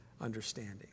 understanding